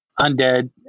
undead